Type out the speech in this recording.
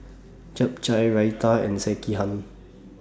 Japchae Raita and Sekihan